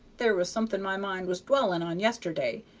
there was something my mind was dwellin' on yesterday,